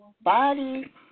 Body